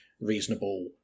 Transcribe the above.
reasonable